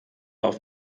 auf